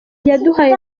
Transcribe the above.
yaduhaye